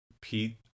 Pete